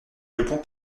répond